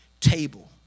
table